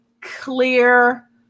clear